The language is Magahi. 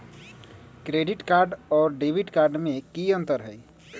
क्रेडिट कार्ड और डेबिट कार्ड में की अंतर हई?